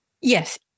Yes